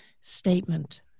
statement